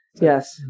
Yes